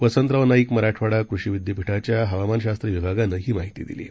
वसंतराव नाईक मराठवाडा कृषी विद्यापीठाच्या हवामानशास्त्र विभागानं ही माहिती दिली आहे